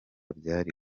byari